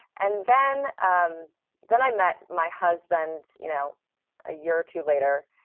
and then um then i met my husband you know a year or two later,